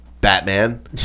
Batman